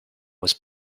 was